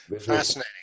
Fascinating